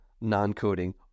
non-coding